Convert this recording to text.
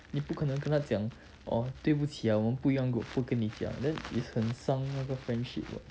你不可能跟她讲 orh 对不起啊我们不一样 group 不跟你讲 then 也很伤那个 friendship [what]